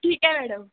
ठीक आहे मॅडम